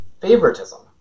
favoritism